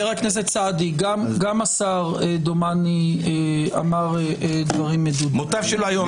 גם השר אמר דברים מדודים, חבר הכנסת סעדי.